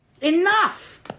Enough